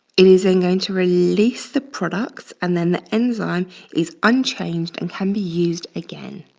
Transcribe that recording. it is then going to release the products, and then the enzyme is unchanged and can be used again.